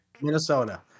Minnesota